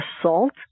assault